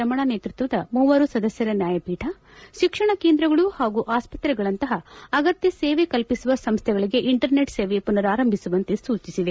ರಮಣ ನೇತೃಕ್ಷದ ಮೂವರು ಸದಸ್ಯರ ನ್ಯಾಯಪೀಠ ಶಿಕ್ಷಣ ಕೇಂದ್ರಗಳು ಹಾಗೂ ಆಸ್ಪತ್ರೆಗಳಂತಹ ಅಗತ್ನ ಸೇವೆ ಕಲ್ಲಿಸುವ ಸಂಸ್ಲೆಗಳಿಗೆ ಇಂಟರ್ನೆಟ್ ಸೇವೆ ಪುನಾರಂಭಿಸುವಂತೆ ಸೂಚಿಸಿದೆ